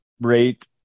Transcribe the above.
rate